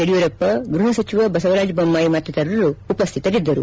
ಯಡಿಯೂರಪ್ಪ ಗೃಪ ಸಚಿವ ಬಸವರಾಜ ಬೊಮ್ಮಾಯಿ ಮತ್ತಿತರರು ಉಪಶ್ಯಿತರಿದ್ದರು